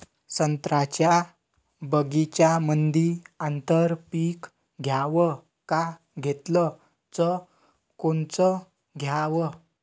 संत्र्याच्या बगीच्यामंदी आंतर पीक घ्याव का घेतलं च कोनचं घ्याव?